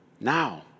now